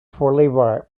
for